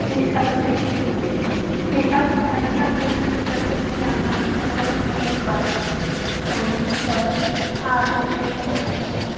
ٹھیٖک حظ ٹھیٖک حظ ٹھیٖک حظ ٹھیٖک حظ کَنسیشَن تہِ کٔرۍزیو تُہۍ کیٚنہہ نہٕ حظ چھُنہٕ أسۍ حظ کیٚنہہ نہٕ حظ چھُ پرواے اَدٕ حظ بِہِو خۄدایَس